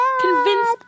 Convince